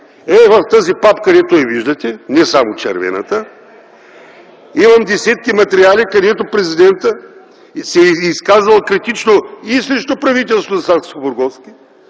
В тази папка, която виждате, не само червената, имам десетки материали, където Президентът се е изказвал критично и срещу правителството на Сакскобургготски,